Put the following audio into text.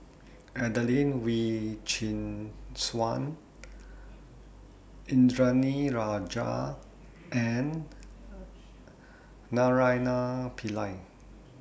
Adelene Wee Chin Suan Indranee Rajah and Naraina Pillai